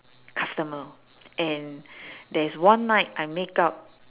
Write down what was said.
customer and there is one night I make up